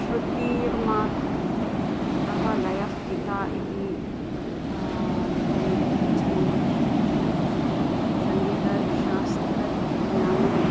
श्रुतिर्मातः लयः पिता इति मुख्यं वचनं भवति सङ्गीतशास्त्रज्ञानम् स्यात्